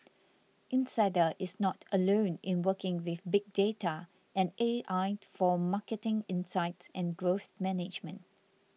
insider is not alone in working with big data and A I for marketing insights and growth management